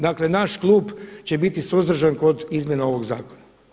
Dakle, naš klub će biti suzdržan kod izmjena ovog zakona.